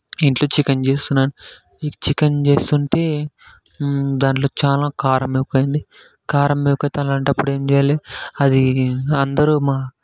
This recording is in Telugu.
ఇంట్లో చికెన్ చేస్తున్నాను ఈ చికెన్ చేస్తుంటే దాంట్లో చాలా కారం ఎక్కువైంది కారం ఎక్కువైతే అలాంటప్పుడు ఏమి చేయాలి అది అందరు